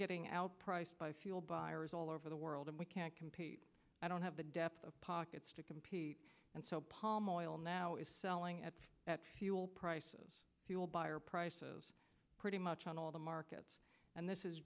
getting out price by fuel buyers all over the world and we can't compete i don't have the depth of pockets to compete and so palm oil now is selling at that fuel prices fuel buyer prices pretty much on all the markets and this is